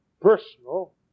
personal